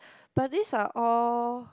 but this are all